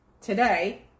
today